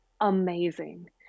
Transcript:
amazing